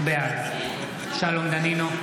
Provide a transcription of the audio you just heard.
בעד שלום דנינו,